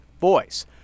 voice